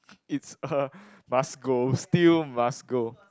it's a must go still must go